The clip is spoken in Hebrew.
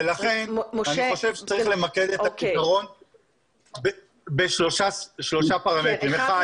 לכן אני חושב שצריך למקד את הפתרון בשלושה פרמטרים --- כן.